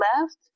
left